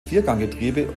vierganggetriebe